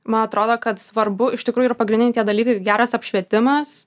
man atrodo kad svarbu iš tikrųjų yra pagrindiniai tie dalykai geras apšvietimas